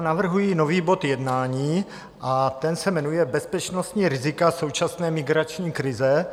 Navrhuji nový bod jednání a ten se jmenuje Bezpečnostní rizika současné migrační krize.